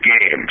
games